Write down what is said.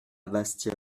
bastia